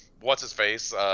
what's-his-face